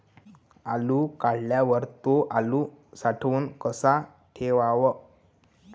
आलू काढल्यावर थो आलू साठवून कसा ठेवाव?